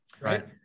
Right